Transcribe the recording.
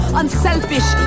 unselfish